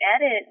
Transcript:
edit